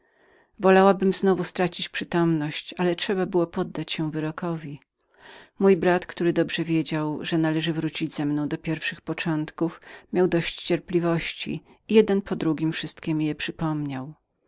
że znowu stracę przytomność ale trzeba było poddać się wyrokowi mój brat który dobrze wiedział że należało wrócić ze mną do pierwszych początków miał dość cierpliwości i jeden po drugim wszystkie mi je przypomniał